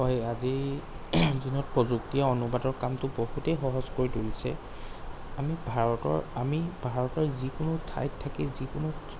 হয় আজিৰ দিনত প্ৰযুক্তিয়ে অনুবাদৰ কামটো বহুতেই সহজ কৰি তুলিছে আমি ভাৰতৰ আমি ভাৰতৰ যিকোনো ঠাইত থাকি যিকোনো